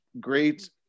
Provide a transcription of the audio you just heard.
Great